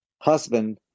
husband